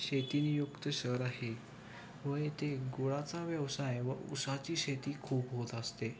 शेतीने युक्त शहर आहे व येथे गुळाचा व्यवसाय व ऊसाची शेती खूप होत असते